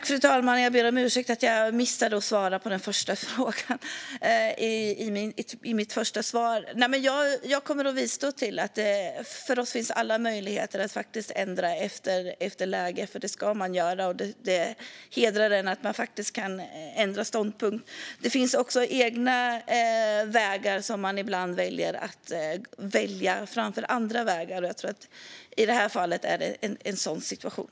Fru talman! Jag ber om ursäkt att jag missade att svara på den första frågan i mitt förra svar. Jag vidhåller att det för oss finns alla möjligheter att ändra oss efter läge, för det ska man göra. Det hedrar en att man faktiskt kan ändra ståndpunkt. Det finns också egna vägar som man ibland väljer framför andra vägar, och det här är en sådan situation.